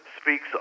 speaks